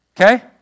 okay